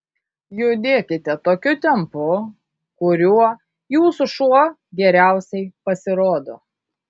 judėkite tokiu tempu kuriuo jūsų šuo geriausiai pasirodo